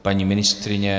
Paní ministryně?